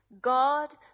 God